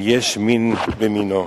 ויש מין במינו.